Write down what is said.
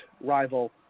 rival